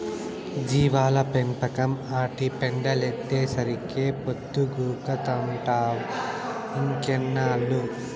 జీవాల పెంపకం, ఆటి పెండలైతేసరికే పొద్దుగూకతంటావ్ ఇంకెన్నేళ్ళు